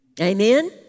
Amen